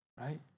right